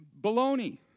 baloney